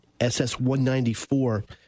SS-194